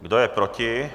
Kdo je proti?